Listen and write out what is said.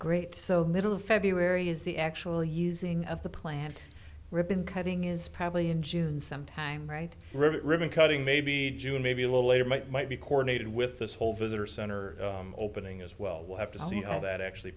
great so middle of february is the actual using of the plant ribbon cutting is probably in june some time right rabbit ribbon cutting maybe june maybe a little later might might be coordinated with this whole visitor center opening as well we'll have to see how that actually